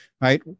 Right